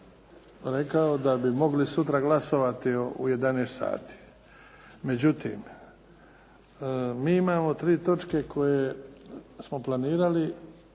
da bi mogli sutra glasovati u 11 sati. Međutim, mi imamo tri točke koje smo planirali